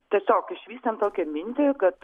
tiesiog išvystėm tokią mintį kad